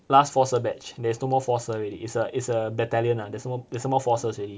last four S_I_R batch there's no more four S_I_R already it's a it's a batallion ah there's no more there's no more four S_I_R already